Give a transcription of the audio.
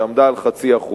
שעמדה על 0.5%,